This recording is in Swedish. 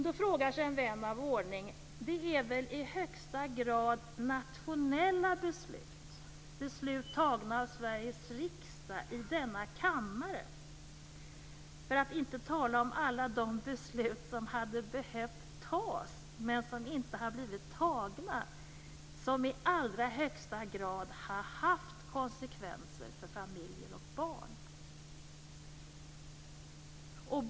Då frågar sig vän av ordning: Det är väl i högsta grad nationella beslut, beslut fattade av Sveriges riksdag i denna kammare - för att inte tala om alla beslut som hade behövt fattas, men som inte har blivit fattade - som i allra högsta grad har haft konsekvenser för familjer och barn?